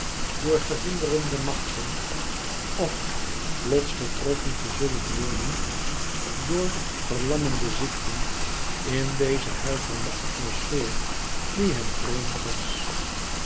door verhinderende machten of plots getroffen te zullen worden door verlammende ziekten in deze huivere atmosfeer die hem vreemd was